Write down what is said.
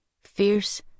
Fierce